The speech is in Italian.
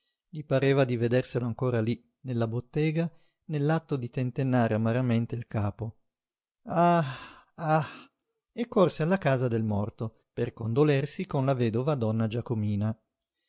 gli pareva di vederselo ancora lí nella bottega nell'atto di tentennare amaramente il capo ah ah ah e corse alla casa del morto per condolersi con la vedova donna giacomina